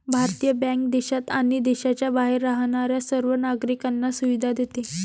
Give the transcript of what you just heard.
भारतीय बँक देशात आणि देशाच्या बाहेर राहणाऱ्या सर्व नागरिकांना सुविधा देते